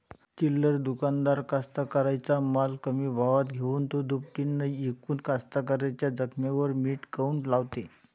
चिल्लर दुकानदार कास्तकाराइच्या माल कमी भावात घेऊन थो दुपटीनं इकून कास्तकाराइच्या जखमेवर मीठ काऊन लावते?